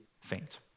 faint